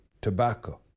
tobacco